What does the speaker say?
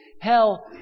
Hell